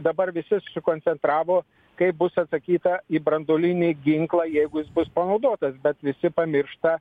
dabar visi susikoncentravo kaip bus atsakyta į branduolinį ginklą jeigu jis bus panaudotas bet visi pamiršta